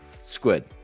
Squid